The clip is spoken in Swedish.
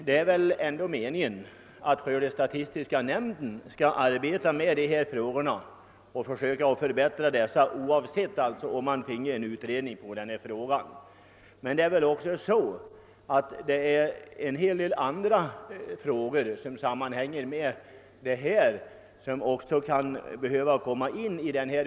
Det är väl meningen att skördestatistiska nämnden skall arbeta med dessa frågor och försöka förbättra förhållandena, oavsett om en utredning kommer till stånd eller inte. Men det finns också en hel del andra frågor som sammanhänger med denna försäkring och som behöver tas med i bilden.